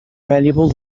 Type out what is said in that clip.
valuable